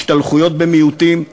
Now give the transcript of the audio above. השתלחויות במיעוטים,